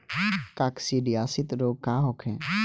काकसिडियासित रोग का होखे?